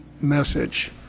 message